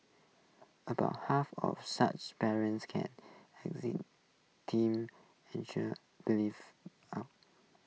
about half of such parents can exam team